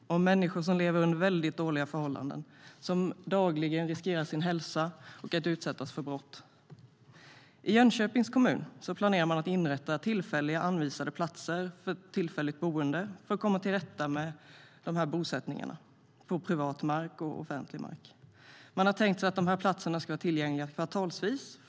Människor lever under väldigt dåliga förhållanden och riskerar dagligen sin hälsa och att utsättas för brott.I Jönköpings kommun planerar man att inrätta tillfälliga anvisade platser för tillfälligt boende för att komma till rätta med bosättningar på privat och offentlig mark. Man har tänkt sig att de här platserna ska vara tillgängliga kvartalsvis.